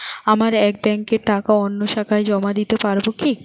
আমার এক ব্যাঙ্কের টাকা অন্য শাখায় জমা দিতে পারব কি?